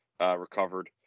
recovered